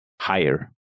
higher